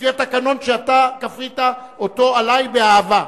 לפי התקנון, שאתה כפית אותו עלי באהבה.